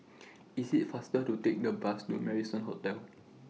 IT IS faster to Take The Bus to Marrison Hotel